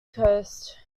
coast